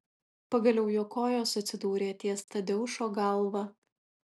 pagaliau jo kojos atsidūrė ties tadeušo galva